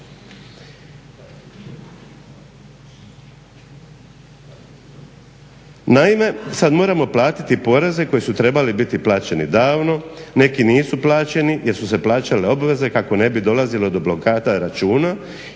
Naime, sad moramo platiti poreze koji su trebali biti plaćeni davno, neki nisu plaćeni jer su se plaćale obveze kako ne bi dolazilo do blokada računa